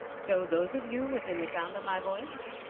so those of you within the sound of my voice,